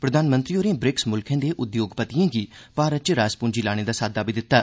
प्रधानमंत्री होरें ब्रिक्स मुल्खे दे उद्योगपतिएं गी भारत च रास पूंजी लाने दा साद्दा बी दित्ता